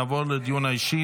נעבור לדיון האישי.